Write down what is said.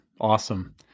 Awesome